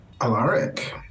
Alaric